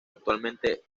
actualmente